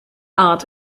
art